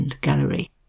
gallery